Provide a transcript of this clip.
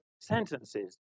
sentences